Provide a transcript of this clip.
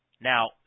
Now